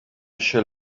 shall